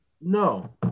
No